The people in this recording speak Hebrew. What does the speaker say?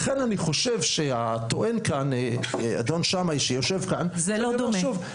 לכן אני חושב שהטוען כאן אדון שמאי שיושב כאן -- זה לא דומה.